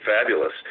Fabulous